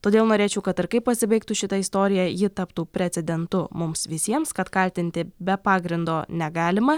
todėl norėčiau kad ir kaip pasibaigtų šita istorija ji taptų precedentu mums visiems kad kaltinti be pagrindo negalima